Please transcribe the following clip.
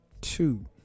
two